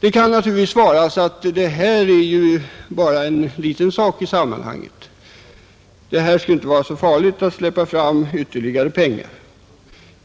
Man kan naturligtvis svara att detta bara är en liten del i sammanhanget och att det inte skulle vara så farligt att just för denna gång släppa fram ytterligare pengar.